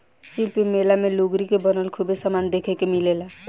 शिल्प मेला मे लुगरी के बनल खूबे समान देखे के मिलेला